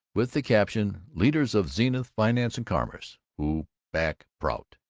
with the caption leaders of zenith finance and commerce who back prout.